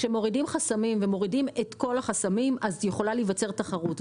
כשמורידים חסמים אז יכולה להיווצר תחרות.